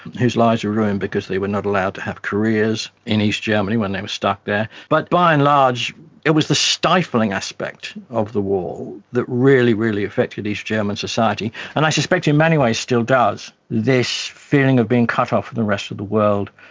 whose lives were ruined because they were not allowed to have careers in east germany when they were stuck there. but by and large it was the stifling aspect of the wall that really, really affected east german society and i suspect in many ways still does, this feeling of being cut off from the rest of the world,